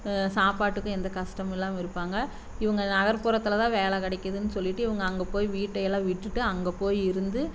சாப்பாட்டுக்கும் எந்த கஷ்டமும் இல்லாமல் இருப்பாங்க இவங்க நகர்புறத்தில் தான் வேலை கிடைக்குதுனு சொல்லிட்டு இவங்க அங்கே போய் வீட்டையெல்லாம் விட்டுட்டு அங்கே போய் இருந்து